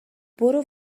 برو